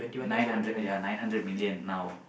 nine hundred ya nine hundred million now